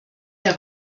der